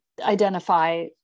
identify